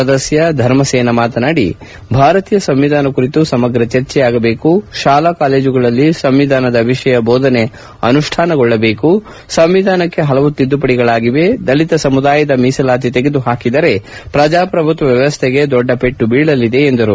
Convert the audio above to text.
ಸದಸ್ನ ಧರ್ಮಸೇನಾ ಮಾತನಾಡಿ ಭಾರತೀಯ ಸಂವಿಧಾನ ಕುರಿತು ಸಮಗ್ರ ಚರ್ಚೆಯಾಗಬೇಕು ಶಾಲಾ ಕಾಲೇಜುಗಳಲ್ಲಿ ಸಂವಿಧಾನದ ವಿಷಯ ಬೋಧನೆ ಅನುಷ್ಪಾನಗೊಳ್ಳಬೇಕು ಸಂವಿಧಾನಕ್ಕೆ ಹಲವು ತಿದ್ದುಪಡಿಗಳಾಗಿವೆ ದಲಿತ ಸಮುದಾಯದ ಮೀಸಲಾತಿ ತೆಗೆದುಹಾಕಿದರೆ ಪ್ರಜಾಪ್ರಭುತ್ವ ವ್ಲವಸ್ಥೆಗೆ ದೊಡ್ಡ ಹೆಟ್ಟು ಬೀಳಲಿದೆ ಎಂದು ಹೇಳಿದರು